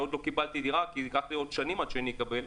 עוד לא קיבלתי דירה כי ייקח לי עוד שנים עד שאני אקבל,